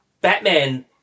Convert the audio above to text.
Batman